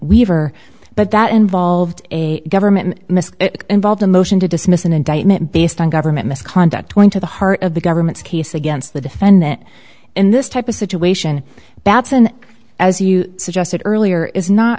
weaver but that involved a government miss it involved a motion to dismiss an indictment based on government misconduct going to the heart of the government's case against the defendant in this type of situation batson as you suggested earlier is not